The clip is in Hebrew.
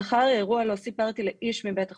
לאחר האירוע לא סיפרתי לאיש מבית החולים,